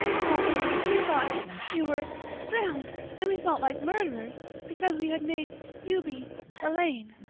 oh, anne we thought you were drowned and we felt like murderers because we had made you be elaine.